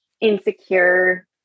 insecure